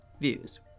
views